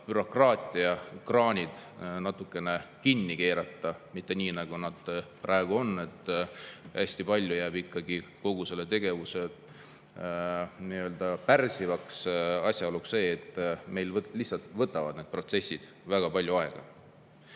bürokraatiakraanid natukene kinni keerata, mitte nii, nagu nad praegu on, et hästi palju jääb ikkagi kogu seda tegevust pärssima asjaolu, et meil lihtsalt võtavad need protsessid väga palju aega.